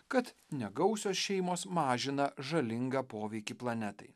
kad negausios šeimos mažina žalingą poveikį planetai